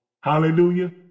Hallelujah